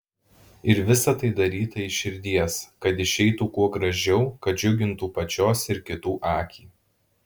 ir visa tai daryta iš širdies kad išeitų kuo gražiau kad džiugintų pačios ir kitų akį